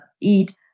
eat